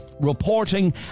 reporting